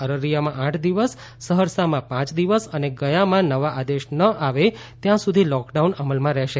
અરરિયામાં આઠ દિવસ સહરસામાં પાંચ દિવસ અને ગયામાં નવા આદેશ ન આવે ત્યાં સુધી લોકડાઉન અમલમાં રહેશે